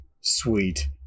Sweet